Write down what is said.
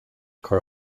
cur